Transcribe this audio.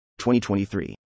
2023